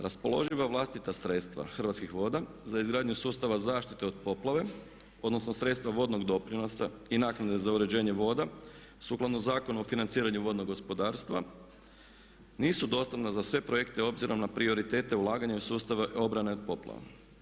Raspoloživa vlastita sredstva Hrvatskih voda za izgradnju sustava zaštite od poplave, odnosno sredstva vodnog doprinosa i naknade za uređenje voda sukladno Zakonu o financiranju vodnog gospodarstva nisu dostatna za sve projekte obzirom na prioritete ulaganja u sustave obrane od poplava.